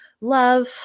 love